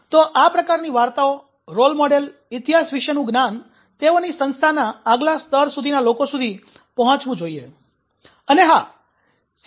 તો આ પ્રકારની વાર્તાઓ રોલ મૉડેલ ઇતિહાસ વિશેનુ જ્ઞાન તેઓની સંસ્થાના આગલા સ્તર સુધી લોકો સુધી પહોચવુ જોઈએ અને હા સી